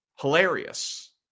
Hilarious